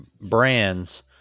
brands